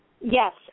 Yes